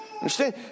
Understand